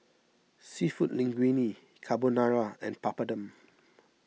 Seafood Linguine Carbonara and Papadum